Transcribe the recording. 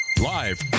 Live